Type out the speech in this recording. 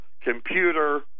computer